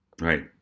right